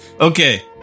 Okay